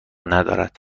ندارد